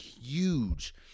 huge